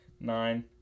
nine